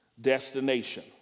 destination